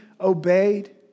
obeyed